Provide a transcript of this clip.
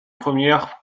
première